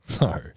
No